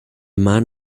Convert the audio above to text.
man